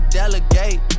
delegate